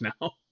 now